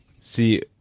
See